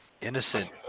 innocent